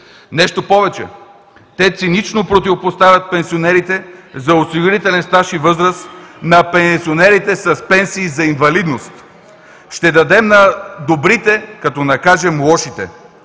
Нещо повече – те цинично противопоставят пенсионерите за осигурителен стаж и възраст на пенсионерите с пенсии за инвалидност: ще дадем на добрите като накажем лошите.